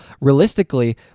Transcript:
Realistically